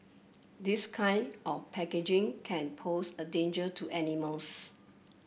this kind of packaging can pose a danger to animals